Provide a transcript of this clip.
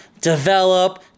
develop